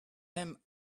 him